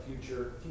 future